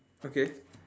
okay